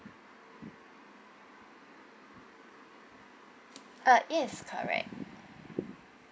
uh yes correct